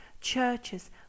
churches